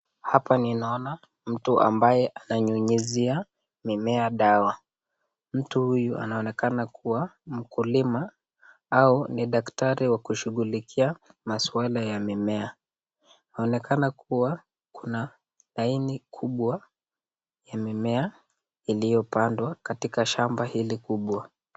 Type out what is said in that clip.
Hapa ninaona mtu ambaye ananyunyuzia mimea dawa, mtu huyu anaonekana kuwa mkulima au ni daktari wakushugulikia maswala ya mimea. Yaonekana kuwa kuna laini kubwa ya mimea iliyopandwa katika shamba hili kubwa.